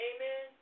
Amen